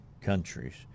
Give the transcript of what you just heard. countries